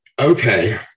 okay